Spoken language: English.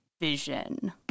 Vision